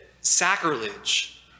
sacrilege